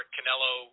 Canelo